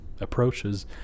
approaches